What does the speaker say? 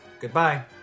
Goodbye